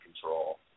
control